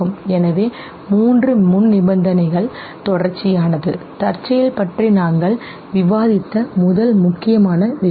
எனவே மூன்று முன்நிபந்தனைகள் தொடர்ச்சியானது தற்செயல் பற்றி நாங்கள் விவாதித்த முதல் முக்கியமான விஷயம்